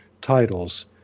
titles